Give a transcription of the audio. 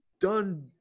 done